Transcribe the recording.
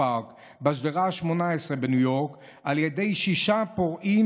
פארק בשדרה ה-18 בניו יורק על ידי שישה פורעים,